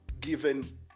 given